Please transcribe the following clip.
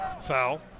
Foul